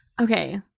okay